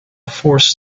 forced